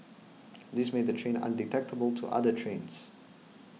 this made the train undetectable to other trains